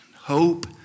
hope